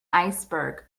iceberg